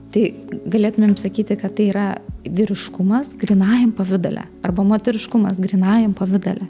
tai galėtumėm sakyti kad tai yra vyriškumas grynajam pavidale arba moteriškumas grynajam pavidale